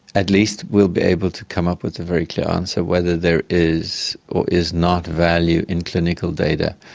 at least we'll be able to come up with a very clear answer whether there is or is not value in clinical data.